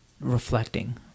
reflecting